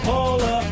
Paula